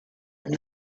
from